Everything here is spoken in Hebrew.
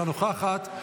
אינה נוכחת.